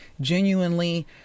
genuinely